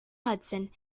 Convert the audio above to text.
hudson